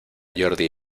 jordi